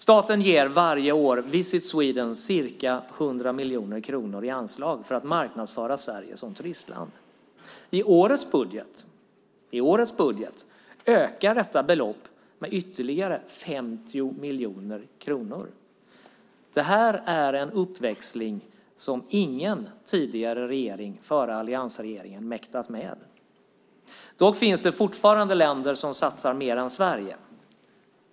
Staten ger varje år Visit Sweden ca 100 miljoner kronor i anslag för att marknadsföra Sverige som turistland. I årets budget ökar detta belopp med 50 miljoner kronor. Det är en uppväxling som ingen regering före alliansregeringen mäktat med. Dock finns det fortfarande länder som satsar mer än Sverige.